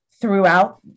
throughout